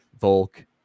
Volk